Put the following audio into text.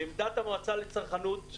לעמדת המועצה לצרכנות,